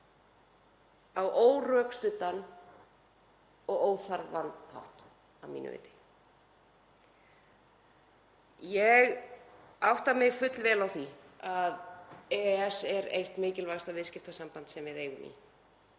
á órökstuddan og óþarfa hátt að mínu viti. Ég átta mig fullvel á því að EES er eitt mikilvægasta viðskiptasamband sem við eigum í.